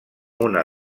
una